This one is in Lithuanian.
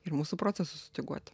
ir mūsų procesus sustyguoti